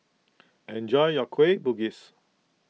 enjoy your Kueh Bugis